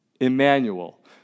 Emmanuel